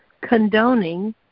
condoning